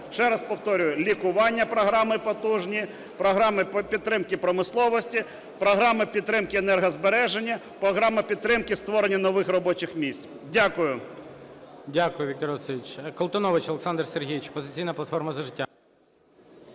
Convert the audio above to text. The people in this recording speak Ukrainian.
Ще раз повторюю, лікування програми потужні, програма підтримки промисловості, програма підтримки енергозбереження, програма підтримки створення нових робочих місць. Дякую. ГОЛОВУЮЧИЙ. Дякую, Віктор Васильович. Колтунович Олександр Сергійович, "Опозиційна